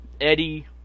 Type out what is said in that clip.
Eddie